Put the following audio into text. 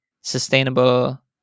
sustainable